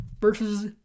versus